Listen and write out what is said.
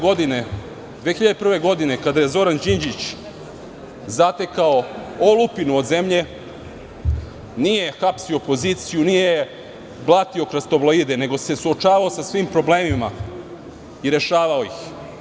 Godine 2001. kada je Zoran Đinđić zatekao olupinu od zemlje nije hapsio opoziciju, nije je blatio kroz tabloide, nego se suočavao sa svim problemima i rešavao ih.